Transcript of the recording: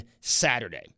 Saturday